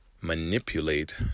manipulate